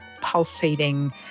pulsating